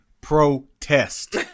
protest